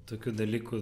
tokių dalykų